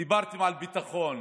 דיברתם על ביטחון